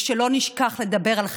ולא נשכח לדבר על חרם.